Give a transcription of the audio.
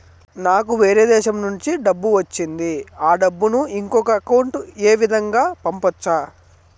నాకు వేరే దేశము నుంచి డబ్బు వచ్చింది ఆ డబ్బును ఇంకొక అకౌంట్ ఏ విధంగా గ పంపొచ్చా?